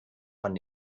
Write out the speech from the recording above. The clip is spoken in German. von